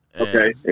okay